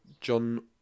John